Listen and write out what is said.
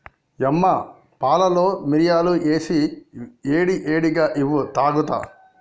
యమ్మ పాలలో మిరియాలు ఏసి ఏడి ఏడిగా ఇవ్వు తాగుత